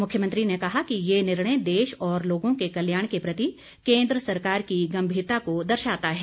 मुख्यमंत्री ने कहा कि ये निर्णय देश और लोगों के कल्याण के प्रति केन्द्र सरकार की गम्भीरता को दर्शाता है